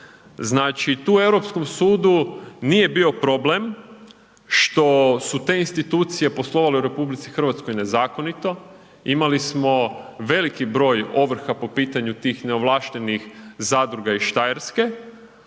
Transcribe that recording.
znači, tu Europskom sudu nije bio problem što su te institucije poslovale u RH nezakonito, imali smo veliki broj ovrha po pitanju tih neovlaštenih zadruga iz Štajerske,